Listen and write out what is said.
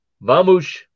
Vamos